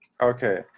Okay